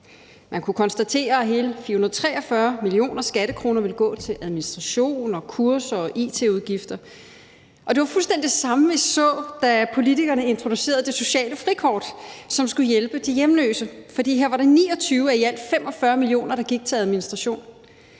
Man kunne konstatere, at hele 443 millioner skattekroner ville gå til administration, kurser og it-udgifter. Det var fuldstændig det samme, vi så, da politikerne introducerede det sociale frikort, som skulle hjælpe de hjemløse, for her var det 29 af i alt 45 mio. kr., der gik til administration,